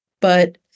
But-